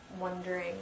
wondering